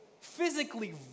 physically